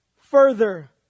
further